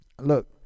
look